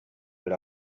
per